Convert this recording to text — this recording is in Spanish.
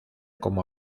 como